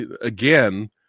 again